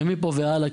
מפה והלאה,